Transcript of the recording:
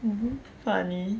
um funny